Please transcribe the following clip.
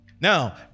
Now